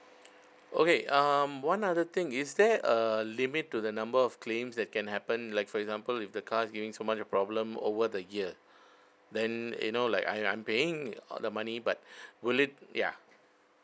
okay um one other thing is there a limit to the number of claims that can happen like for example if the car is giving so much a problem over the year then you know like I I'm paying uh the money but will it ya